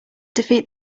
defeat